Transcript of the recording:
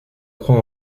croix